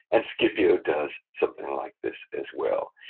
and scipio does something like this as well.